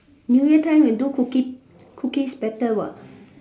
new year time you do cookie cookies better what